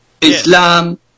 Islam